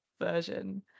version